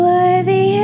Worthy